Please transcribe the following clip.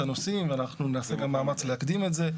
הנושאים ואנחנו נעשה גם מאמץ להקדים את זה,